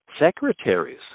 secretaries